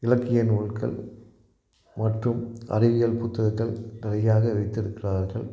இலக்கிய நூல்கள் மற்றும் அறிவியல் புத்தகத்தை நிறையாக வைத்திருக்கிறார்கள்